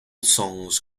songs